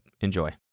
enjoy